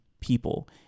people